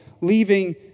leaving